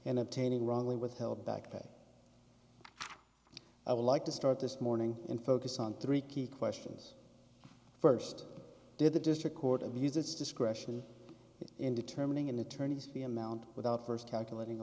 obtaining wrongly withheld back pay i would like to start this morning and focus on three key questions first did the district court abuse its discretion in determining an attorney's the amount without first calculating